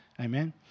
amen